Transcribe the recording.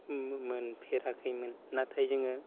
मोनफेराखैमोन नाथाय जोङो